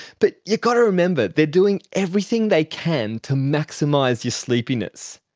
but you've got to remember they're doing everything they can to maximise your sleepiness,